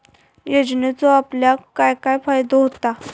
योजनेचो आपल्याक काय काय फायदो होता?